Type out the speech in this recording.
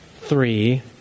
three